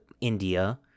India